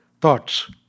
thoughts